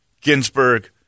Ginsburg